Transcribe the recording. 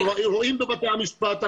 אנחנו מגיעים לבית המשפט.